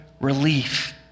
relief